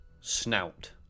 snout